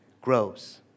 grows